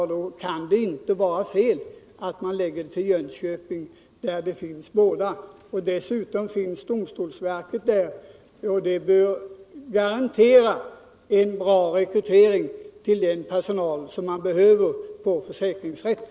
Det kunde då inte vara fel att förlägga den till Jönköping där båda finns. Dessutom finns domstolsverket där, vilket bör garantera en bra rekrytering av den personal som behövs på försäkringsrätten.